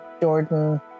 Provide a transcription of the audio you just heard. Jordan